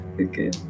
Okay